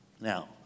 Now